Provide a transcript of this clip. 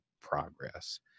progress